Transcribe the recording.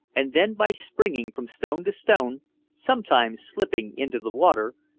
and then by springing from stone to stone sometimes slipping into the water,